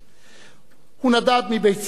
הוא נדד מבית-ספר לבית-ספר,